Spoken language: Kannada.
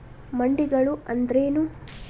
ಮಂಡಿಗಳು ಅಂದ್ರೇನು?